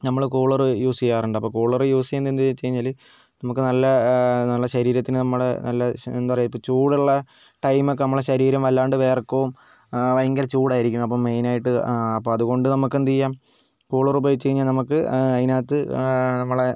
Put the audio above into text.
നമ്മൾ cooler use ചെയ്യാറുണ്ട് അപ്പോൾ കൂളർ യൂസ് ചെയ്യുന്നതെന്തിനാണെന്ന് വെച്ചുകഴിഞ്ഞാൽ നമുക്ക് നല്ല ശരീരത്തിന് നമ്മുടെ നല്ലൊരു എന്താണ് പറയുക ചൂടുള്ള ടൈം ഒക്കെ നമ്മുടെ ശരീരം വല്ലാണ്ട് വിയർക്കും ഭയങ്കര ചൂടായിരിക്കും അപ്പോൾ മെയിൻ ആയിട്ട് അപ്പോൾ അതുകൊണ്ട് നമുക്ക് എന്ത് ചെയ്യാം കൂളർ ഉപയോഗിച്ച് കഴിഞ്ഞാൽ നമുക്ക് അതിനകത്ത് നമ്മളെ